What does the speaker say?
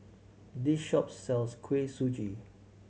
this shop sells Kuih Suji